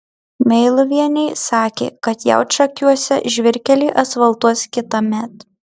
meiluvienei sakė kad jaučakiuose žvyrkelį asfaltuos kitąmet